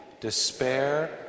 despair